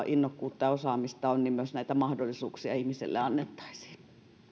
innokkuutta ja osaamista on niin myös näitä mahdollisuuksia ihmiselle annettaisiin